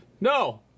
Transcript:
No